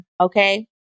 okay